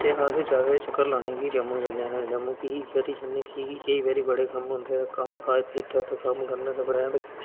ते अस ज्यादा चक्कर लाने गी जम्मू जन्ने होन्ने ते जम्मू कि करी जन्ने कि जम्मू बड़े कम्म होंदे कम्म काज करने कम्म करने दे परैंत